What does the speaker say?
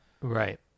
Right